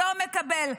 לא מקבל.